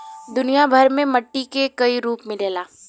दुनिया भर में मट्टी के कई रूप मिलला